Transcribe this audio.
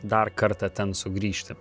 dar kartą ten sugrįžti